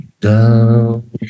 down